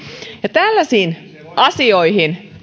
tällaisiin asioihin